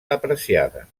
apreciada